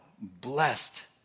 blessed